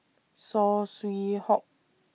Saw Swee Hock